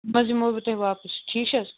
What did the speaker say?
بہٕ حظ دِمو بہٕ تۄہہِ واپَس ٹھیٖک چھِ حظ